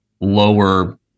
lower